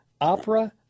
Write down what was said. opera